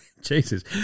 Jesus